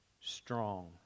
strong